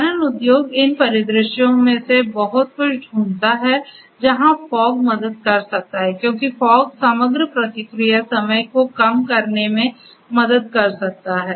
खनन उद्योग इन परिदृश्यों में से बहुत कुछ ढूँढता है जहाँ फॉग मदद कर सकता है क्योंकि फॉग समग्र प्रतिक्रिया समय को कम करने में मदद कर सकता है